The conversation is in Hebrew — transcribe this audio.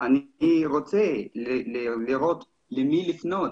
אני רוצה לדעת למי לפנות